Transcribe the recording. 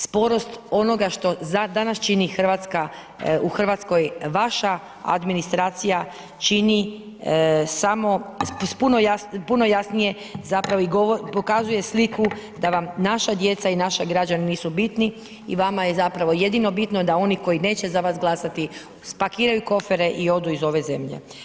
Sporost onoga što danas čini u Hrvatskoj, vaša administracija, čini samo puno jasnije zapravo i pokazuje sliku da vam naša djeca i naši građani nisu bitni i vama je zapravo jedino bitno da oni koji neće za vas glasati spakiraju kofere i odu iz ove zemlje.